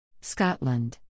Scotland